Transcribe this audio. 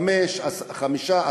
חמישה,